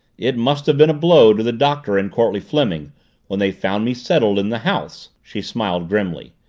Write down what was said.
it must have been a blow to the doctor and courtleigh fleming when they found me settled in the house! she smiled grimly.